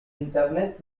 internet